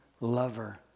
lover